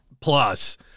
Plus